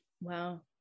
Wow